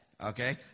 Okay